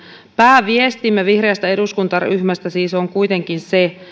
pääviestimme vihreästä eduskuntaryhmästä siis on kuitenkin se